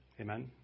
Amen